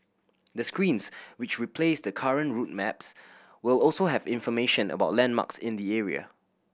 the screens which replace the current route maps will also have information about landmarks in the area